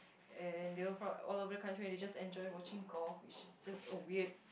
and they were from all over the country and they just enjoy watching golf which is just a weird